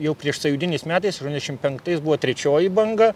jau priešsąjūdiniais metais aštuoniasdešim penktais buvo trečioji banga